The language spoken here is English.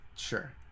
Sure